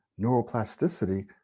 neuroplasticity